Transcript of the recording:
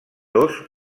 dos